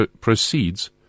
proceeds